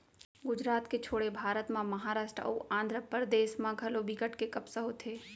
गुजरात के छोड़े भारत म महारास्ट अउ आंध्रपरदेस म घलौ बिकट के कपसा होथे